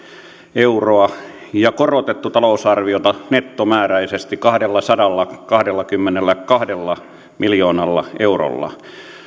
euroa ja korotettu talousarviota nettomääräisesti kahdellasadallakahdellakymmenelläkahdella miljoonalla eurolla